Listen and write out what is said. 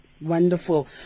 Wonderful